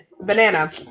banana